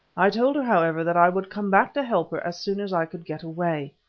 i told her, however, that i would come back to help her as soon as i could get away.